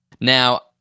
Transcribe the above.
Now